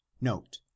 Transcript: Note